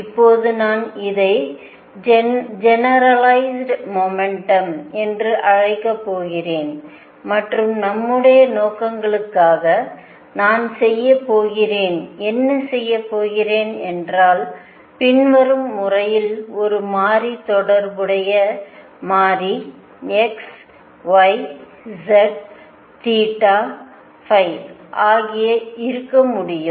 இப்போது நான் இதை ஜெனரலைஸ்டு மொமெண்டம் என்று அழைக்க போகிறேன் மற்றும் நம்முடைய நோக்கங்களுக்காக நான் செய்ய போகிறேன் என்ன செய்யப் போகிறேன் என்றால் பின்வரும் முறையில் ஒரு மாறி தொடர்புடைய மாறி x y z ϕ ஆக இருக்க முடியும்